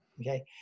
Okay